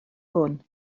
hwn